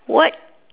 what